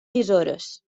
tisores